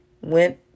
went